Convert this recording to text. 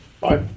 Bye